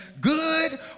good